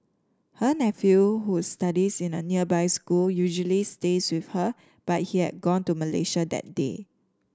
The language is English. her nephew who studies in a nearby school usually stays with her but he had gone to Malaysia that day